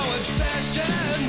obsession